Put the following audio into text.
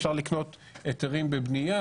אפשר לקנות ממנה היתרים בבנייה,